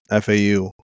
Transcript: FAU